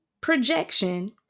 projection